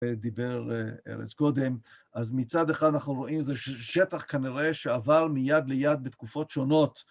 דיבר ארז קודם, אז מצד אחד אנחנו רואים שזה שטח כנראה שעבר מיד ליד בתקופות שונות.